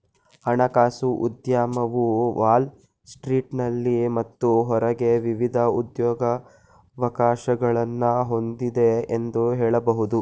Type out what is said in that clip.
ಹಣಕಾಸು ಉದ್ಯಮವು ವಾಲ್ ಸ್ಟ್ರೀಟ್ನಲ್ಲಿ ಮತ್ತು ಹೊರಗೆ ವಿವಿಧ ಉದ್ಯೋಗವಕಾಶಗಳನ್ನ ಹೊಂದಿದೆ ಎಂದು ಹೇಳಬಹುದು